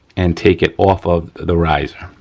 and take it off of the riser.